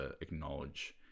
acknowledge